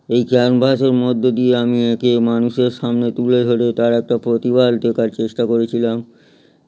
এই ক্যানভাসের মধ্যে দিয়ে আমি এঁকে মানুষের সামনে তুলে ধরে তার একটা প্রতিবাদ দেখার চেষ্টা করেছিলাম